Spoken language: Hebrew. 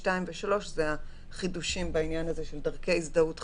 (2) ו-(3) הם החידושים בעניין הזה של דרכי הזדהות חדשות,